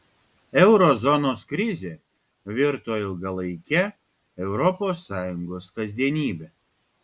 euro zonos krizė virto ilgalaike europos sąjungos kasdienybe